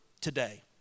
today